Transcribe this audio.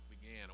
Began